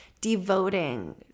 devoting